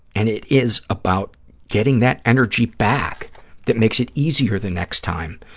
and it is about getting that energy back that makes it easier the next time.